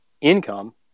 income